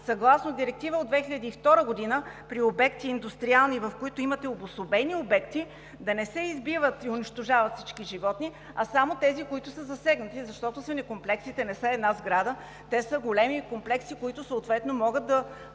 съгласно Директива от 2002 г. при индустриални обекти, в които има обособени обекти, да не се избиват и унищожават всички животни, а само тези, които са засегнати. Защото свинекомплексите не са една сграда – те са големи комплекси, които съответно могат да